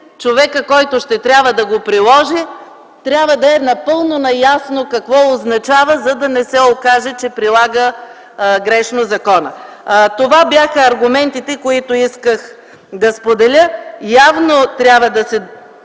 човекът, който ще трябва да го приложи, трябва да е напълно наясно какво означава текстът, за да не се окаже, че прилага грешно закона. Това бяха аргументите, които исках да споделя. Явно трябва да се